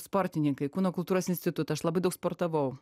sportininkai kūno kultūros institutą aš labai daug sportavau